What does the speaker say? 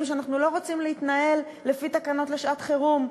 שאנחנו לא רוצים להתנהל לפי תקנות שעת-חירום.